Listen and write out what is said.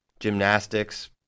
Gymnastics